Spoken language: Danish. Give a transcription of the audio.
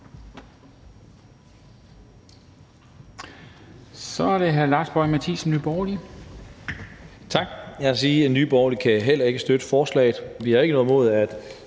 (Ordfører) Lars Boje Mathiesen (NB): Tak. Jeg vil sige, at Nye Borgerlige heller ikke kan støtte forslaget. Vi har ikke noget imod, at